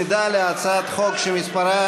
שהוצמדה להצעת החוק שמספרה